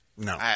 No